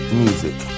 music